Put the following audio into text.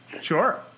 Sure